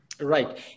Right